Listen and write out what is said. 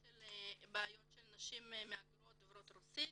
של בעיות של נשים מהגרות דוברות רוסית